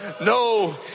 No